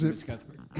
yeah miss cuthbert.